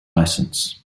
license